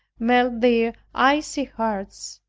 melt their icy hearts,